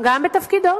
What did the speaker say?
גם בתפקידו.